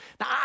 Now